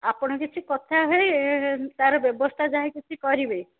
ଆପଣ କିଛି କଥା ହୋଇ ତା'ର ବ୍ୟବସ୍ଥା ଯାହା କିଛି କରିବେ